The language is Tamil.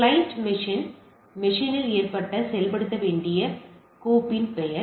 கிளையன்ட் மெஷின் மெஷின்யில் ஏற்றப்பட்டு செயல்படுத்தப்பட வேண்டிய கோப்பின் பெயர்